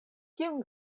kiun